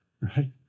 right